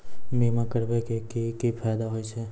बीमा करबै के की फायदा होय छै?